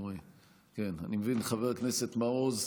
אני מבין, חבר הכנסת מעוז,